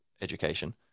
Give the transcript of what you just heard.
education